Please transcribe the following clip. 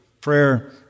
prayer